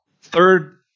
third